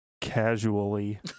casually